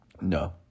No